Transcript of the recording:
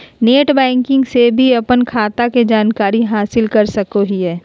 net banking से भी अपन खाता के जानकारी हासिल कर सकोहिये